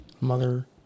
mother